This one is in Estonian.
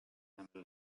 asemel